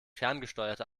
ferngesteuerte